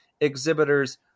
exhibitors